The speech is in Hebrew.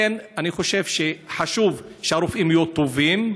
אני חושב שחשוב שהרופאים יהיו טובים,